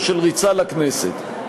או של ריצה לכנסת.